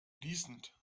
fließend